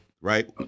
Right